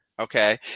Okay